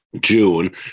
June